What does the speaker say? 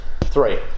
Three